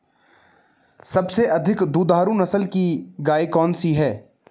सबसे अधिक दुधारू नस्ल की गाय कौन सी है?